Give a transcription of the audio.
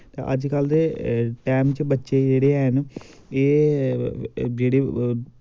अज्ज कल दे टैम च बच्चे जेह्ड़े हैन एह् जेह्ड़े